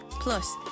Plus